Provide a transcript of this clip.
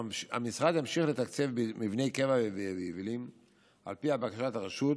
המשרד ימשיך לתקצב מבני קבע ויבילים על פי בקשת הרשות,